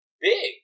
big